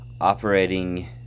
operating